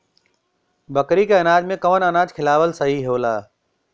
बकरी के अनाज में कवन अनाज खियावल सही होला?